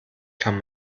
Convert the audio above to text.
kann